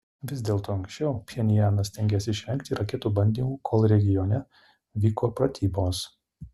vis dėlto anksčiau pchenjanas stengėsi išvengti raketų bandymų kol regione vyko pratybos